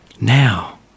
Now